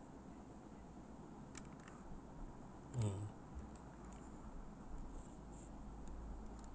mm